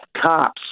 cops